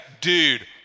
dude